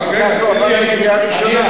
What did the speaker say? תועבר לקריאה ראשונה.